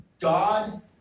God